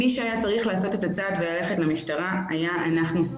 מי שהיה צריך לעשות את הצעד וללכת למשטרה היה אנחנו.